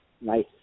nice